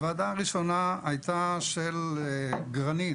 הוועדה הראשונה הייתה הוועדה של גרניט,